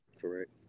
Correct